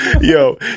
Yo